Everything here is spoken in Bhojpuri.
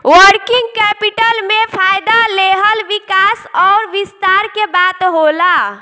वर्किंग कैपिटल में फ़ायदा लेहल विकास अउर विस्तार के बात होला